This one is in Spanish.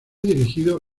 dirigido